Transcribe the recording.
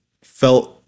felt